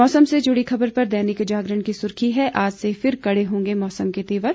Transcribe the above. मौसम से जुड़ी खबर पर दैनिक जागरण की सुर्खी है आज से फिर कड़े होंगे मौसम के तेवर